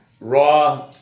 Raw